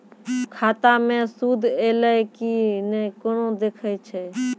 खाता मे सूद एलय की ने कोना देखय छै?